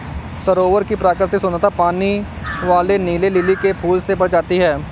सरोवर की प्राकृतिक सुंदरता पानी वाले नीले लिली के फूल से बढ़ जाती है